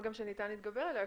מה גם שניתן להתגבר עליה,